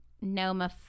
Noma